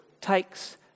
takes